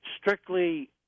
strictly